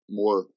more